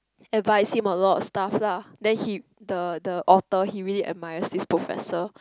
advise him a lot of stuff lah then he the the author he really admire this professor